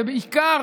ובעיקר